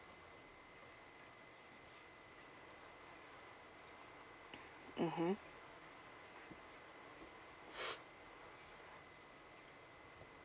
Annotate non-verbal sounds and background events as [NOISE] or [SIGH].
mmhmm [NOISE]